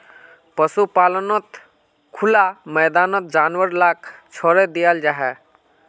पशुपाल्नोत खुला मैदानोत जानवर लाक छोड़े दियाल जाहा